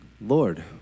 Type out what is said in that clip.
Lord